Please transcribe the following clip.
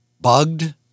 bugged